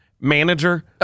Manager